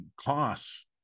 costs